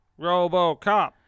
RoboCop